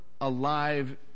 alive